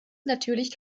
natürlich